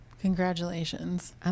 Congratulations